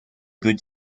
good